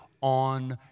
on